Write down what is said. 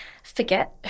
forget